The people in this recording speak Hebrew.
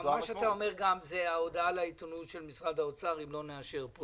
אתה אומר גם את ההודעה לעיתונות של משרד האוצר אם לא נאשר פה